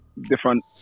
different